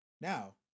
Now